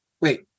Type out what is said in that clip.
Wait